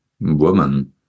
woman